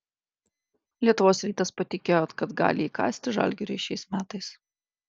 lietuvos rytas patikėjo kad gali įkasti žalgiriui šiais metais